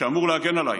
שאמור להגן עליי.